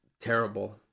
terrible